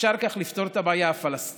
אפשר כך לפתור את הבעיה הפלסטינית?